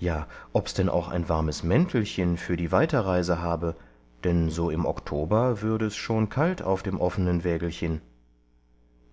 ja ob's denn auch ein warmes mäntelchen für die weiterreise habe denn so im oktober würde es schon kalt auf dem offenen wägelchen